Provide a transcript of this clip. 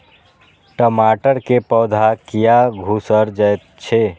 टमाटर के पौधा किया घुकर जायछे?